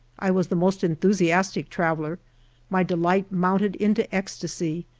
i was the most enthusiastic traveller my delight mounted into ecstasy.